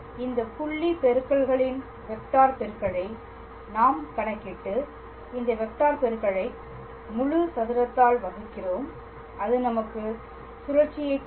இந்த புள்ளி பெருக்கல்களின் வெக்டார் பெருக்கலை நாம் கணக்கிட்டு இந்த வெக்டார் பெருக்கலை முழு சதுரத்தால் வகுக்கிறோம் அது நமக்கு சுழற்சியை கொடுக்கும்